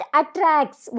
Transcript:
attracts